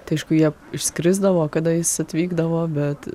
tai aišku jie išskrisdavo kada jis atvykdavo bet